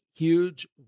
huge